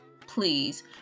please